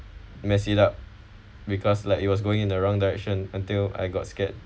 mess it up because like it was going in the wrong direction until I got scared